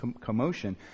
commotion